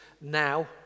now